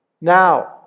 now